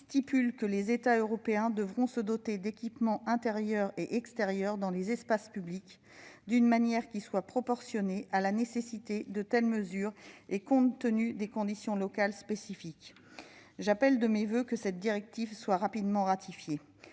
dispose que les États européens devront se doter « d'équipements intérieurs et extérieurs dans les espaces publics, [...] d'une manière qui soit proportionnée à la nécessité de telles mesures et compte tenu des conditions locales spécifiques ». J'appelle de mes voeux une transposition rapide de cette